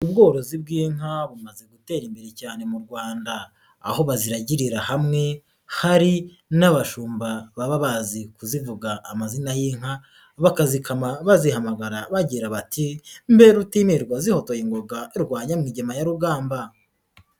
Ubworozi bw'inka bumaze gutera imbere cyane mu Rwanda, aho baziragirira hamwe hari n'abashumba baba bazi kuzivuga amazina y'inka, bakazikama bazihamagara bagira bati mbe rutimirwa zihotoye ingoga rwa nyamigema ya rugamba.